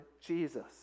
Jesus